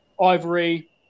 ivory